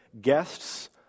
Guests